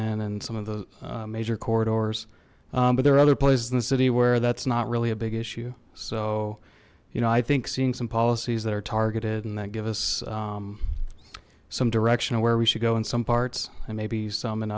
in and some of the major corridors but there are other places in the city where that's not really a big issue so you know i think seeing some policies that are targeted and that give us some direction of where we should go in some parts and maybe some and